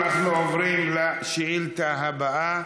אנחנו עוברים לשאילתה הבא.